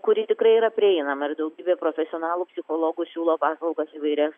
kuri tikrai yra prieinama daugybė profesionalų psichologų siūlo paslaugas įvairias